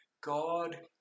God